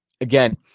again